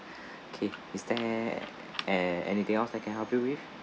okay is there an~ anything else I can help you with